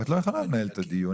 אבל את לא יכולה לנהל את הדיון,